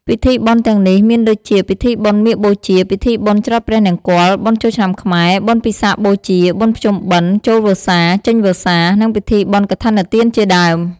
ពិធីបុណ្យទាំងនេះមានដូចជា ពិធីបុណ្យមាឃបូជា ពីធីបុណ្យច្រត់ព្រះនង្គ័ល បុណ្យចូលឆ្នាំខ្មែរ បុណ្យពិសាខបូជា បុណ្យភ្នំបិណ្ឌ ចូលវស្សា ចេញវស្សា និងពិធីបុណ្យកឋិនទានជាដើម។